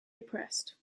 depressed